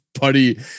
Buddy